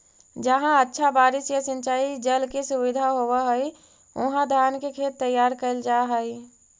जहाँ अच्छा बारिश या सिंचाई जल के सुविधा होवऽ हइ, उहाँ धान के खेत तैयार कैल जा हइ